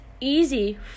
easy